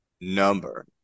number